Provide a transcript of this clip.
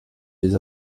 des